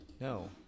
no